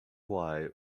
why